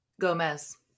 Gomez